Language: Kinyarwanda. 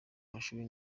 mashuri